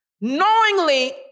knowingly